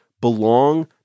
belong